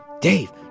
Dave